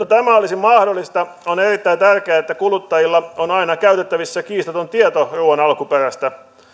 tämä olisi mahdollista on erittäin tärkeää että kuluttajilla on aina käytettävissä kiistaton tieto ruuan alkuperästä